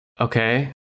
okay